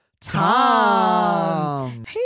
Tom